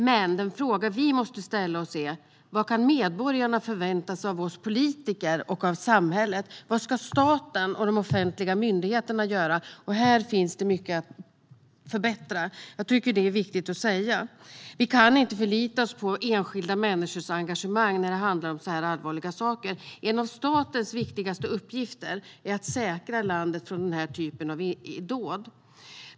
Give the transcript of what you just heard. Men de frågor vi måste ställa oss är: Vad kan medborgarna förvänta sig av oss politiker och av samhället? Vad ska staten och de offentliga myndigheterna göra? Här finns det mycket att förbättra. Jag tycker att det är viktigt att säga. Vi kan inte förlita oss på enskilda människors engagemang när det handlar om så här allvarliga saker. En av statens viktigaste uppgifter är att säkra landet från den här typen av dåd.